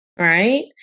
Right